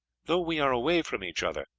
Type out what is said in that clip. though we are away from each other,